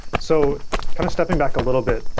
so kind of stepping back a little bit,